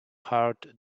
heart